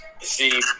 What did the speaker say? see